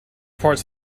parts